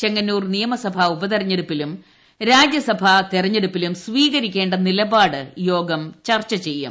ചെങ്ങന്നൂർ നിയമസഭാ ഉപതെരഞ്ഞെടുപ്പിലും രാജ്യസഭാ തെരഞ്ഞെടുപ്പിലും സ്വീകരിക്കേണ്ട നിലപാട് യോഗം ചർച്ച ചെയ്യും